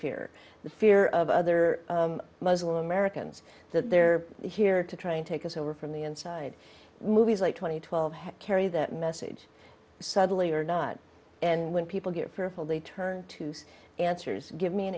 the fear of other muslim americans that they're here to try and take us over from the inside movies like twenty twelve carry that message subtly or not and when people get fearful they turn to some answers give me an